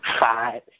Five